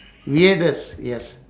weirdest yes